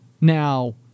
now